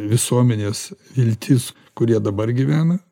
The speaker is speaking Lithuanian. visuomenės viltis kurie dabar gyvena